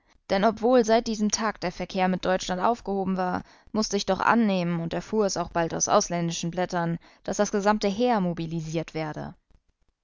denn obwohl seit diesem tag der verkehr mit deutschland aufgehoben war mußte ich doch annehmen und erfuhr es auch bald aus ausländischen blättern daß das gesamte heer mobilisiert werde